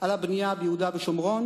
על הבנייה ביהודה ושומרון.